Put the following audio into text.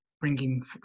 bringing